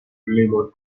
limo